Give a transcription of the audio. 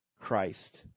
christ